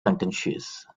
contentious